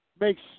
makes